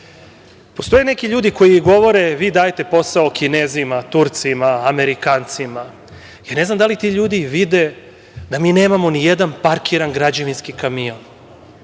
neki ljudi koji govore - vi dajete posao Kinezima, Turcima, Amerikancima. Ja ne znam da li ti ljudi vide da mi nemamo nijedan parkirani građevinski kamion,